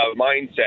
mindset